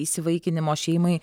įsivaikinimo šeimai